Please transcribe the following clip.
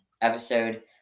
episode